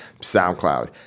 SoundCloud